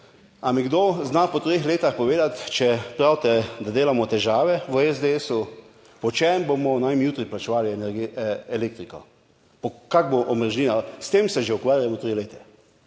mi kdo zna po treh letih povedati, če pravite, da delamo težave, v SDS, po čem bomo, ne vem, jutri plačevali elektriko? Kako bo omrežnina? S tem se že ukvarjamo tri leta.